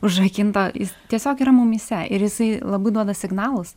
užrakinto jis tiesiog yra mumyse ir jisai labai duoda signalus